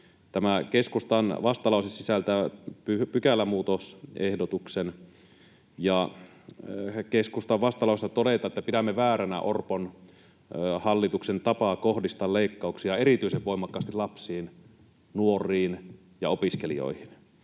Tämä keskustan vastalause sisältää pykälämuutosehdotuksen. Keskustan vastalauseessa todetaan, että pidämme vääränä Orpon hallituksen tapaa kohdistaa leikkauksia erityisen voimakkaasti lapsiin, nuoriin ja opiskelijoihin.